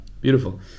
Beautiful